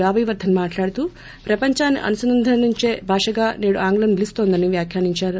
బాబివర్దన్ మాట్లాడుతూ ప్రపంచాన్ని అనుసంధానించే భాషగా నేడు ఆంగ్లం నిలున్తోందని వ్యాఖ్యానించారు